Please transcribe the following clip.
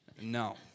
No